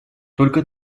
только